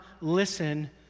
listen